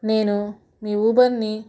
నేను మీ ఊబర్ని